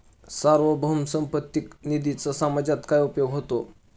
सार्वभौम संपत्ती निधीचा समाजात काय उपयोग होतो?